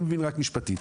אני מבין רק משפטית.